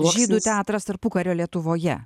žydų teatras tarpukario lietuvoje